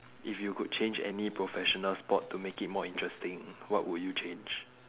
if you could change any professional sport to make it more interesting what would you change